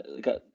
got